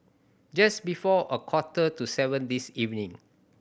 just before a quarter to seven this evening